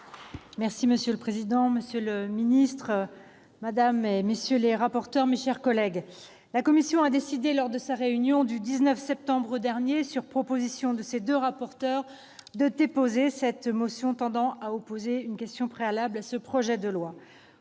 Monsieur le président, monsieur le ministre, madame, messieurs les rapporteurs, mes chers collègues, la commission des affaires économiques a décidé, lors de sa réunion du 19 septembre dernier, sur proposition de ses deux rapporteurs, de déposer une motion tendant à opposer la question préalable à ce projet de loi.